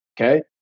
Okay